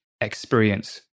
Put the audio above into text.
experience